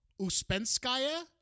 Uspenskaya